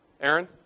Aaron